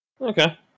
Okay